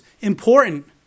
important